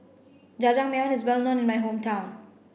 Jajangmyeon is well known in my hometown